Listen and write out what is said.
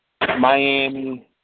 Miami